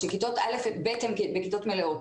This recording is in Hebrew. כאשר כיתות א'-ב' הן כיתות מלאות,